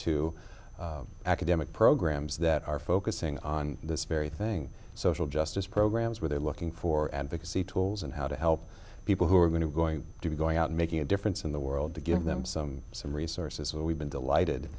to academic programs that are focusing on this very thing social justice programs where they're looking for advocacy tools and how to help people who are going to going to be going out and making a difference in the world to give them some some resources we've been delighted